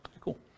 Cool